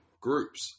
groups